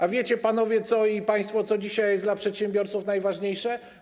A wiecie panowie i państwo, co dzisiaj jest dla przedsiębiorców najważniejsze?